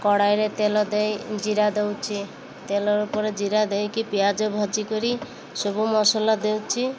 କଡ଼େଇରେ ତେଲ ଦେଇ ଜିରା ଦେଉଛି ତେଲ ଉପରେ ଜିରା ଦେଇକି ପିଆଜ ଭାଜିିକରି ସବୁ ମସଲା ଦେଉଛି